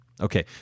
Okay